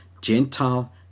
Gentile